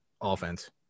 offense